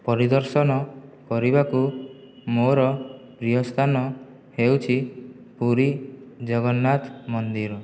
ପରିଦର୍ଶନ କରିବାକୁ ମୋର ପ୍ରିୟସ୍ଥାନ ହେଉଛି ପୁରୀ ଜଗନ୍ନାଥ ମନ୍ଦିର